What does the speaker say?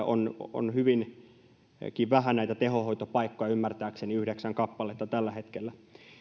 on hyvinkin vähän näitä tehohoitopaikkoja ymmärtääkseni yhdeksän kappaletta tällä hetkellä